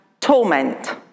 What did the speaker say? torment